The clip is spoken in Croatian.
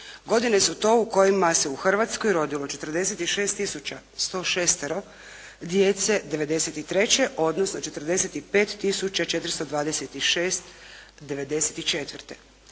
Godine su to u kojima se u Hrvatskoj rodilo 46 tisuća 106-tero djece 1993. odnosno 45